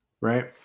Right